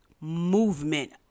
movement